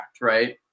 right